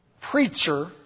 preacher